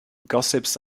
gossips